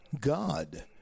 God